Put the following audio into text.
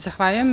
Zahvaljujem.